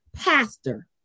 Pastor